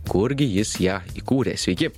kurgi jis ją įkūrė sveiki